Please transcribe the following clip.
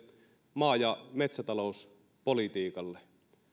maa ja metsätalouspolitiikalle